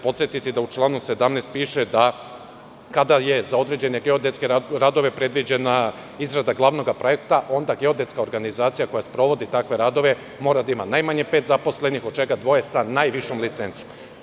Podsetiću da u članu 17. piše da kada je za određene geodetske radove predviđena izrada glavnog projekta, onda geodetska organizacija koja sprovodi takve radove mora da ima najmanje pet zaposlenih, od čega dvoje sa najvišom licencom.